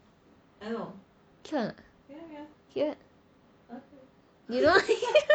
cute or not cute right you don't